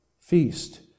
feast